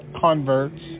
converts